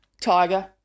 Tiger